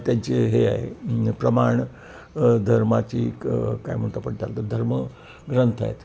त्यांचे हे आहे प्रमाण धर्माची काय म्हणतो आपण धर्मग्रंथ आहेत